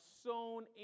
sown